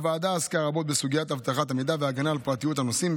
הוועדה עסקה רבות בסוגיית אבטחת המידע וההגנה על פרטיות הנוסעים.